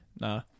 Nah